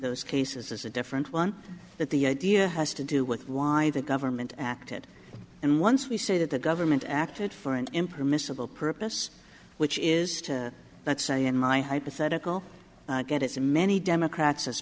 those cases is a different one that the idea has to do with why the government acted and once we say that the government acted for an impermissible purpose which is let's say in my hypothetical get it's many democrats as